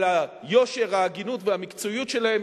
על היושר, ההגינות והמקצועיות שלהם.